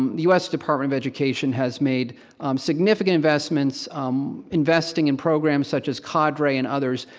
um the us department of education has made significant investments um investing in programs such as cadre and others,